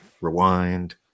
rewind